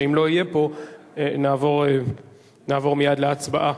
שאם לא יהיה פה נעבור מייד להצבעה.